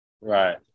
Right